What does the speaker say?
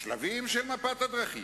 השלבים של מפת הדרכים,